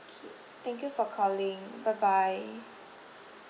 okay thank you for calling bye bye